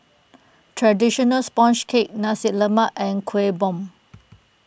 Traditional Sponge Cake Nasi Lemak and Kuih Bom